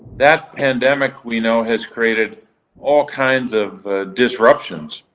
that pandemic we know has created all kinds of disruptions.